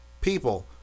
people